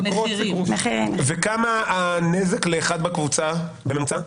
וכמה הנזק לאחד בקבוצה בממוצע?